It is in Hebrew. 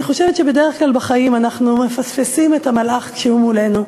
אני חושבת שבדרך כלל בחיים אנחנו מפספסים את המלאך כשהוא מולנו,